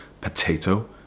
potato